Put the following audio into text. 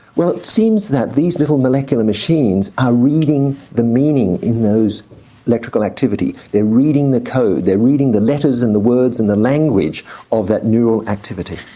well it seems that these little molecular machines are reading the meaning in those electrical activities. they're reading the code. they're reading the letters and the words and the language of that neural activity.